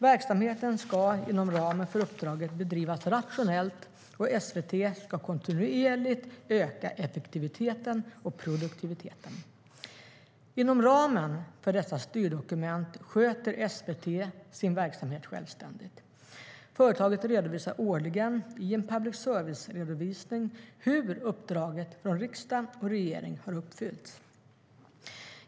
Verksamheten ska inom ramen för uppdraget bedrivas rationellt, och SVT ska kontinuerligt öka effektiviteten och produktiviteten. Inom ramen för dessa styrdokument sköter SVT sin verksamhet självständigt. Företaget redovisar årligen i en public service-redovisning hur uppdraget från riksdag och regering har uppfyllts.